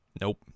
Nope